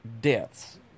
deaths